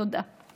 תודה.